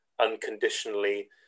unconditionally